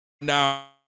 now